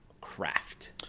craft